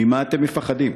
ממה אתם מפחדים,